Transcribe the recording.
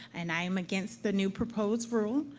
and i am against the new proposed rule.